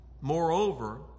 Moreover